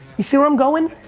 you see where i'm going?